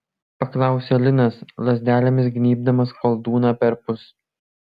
paklausė linas lazdelėmis gnybdamas koldūną perpus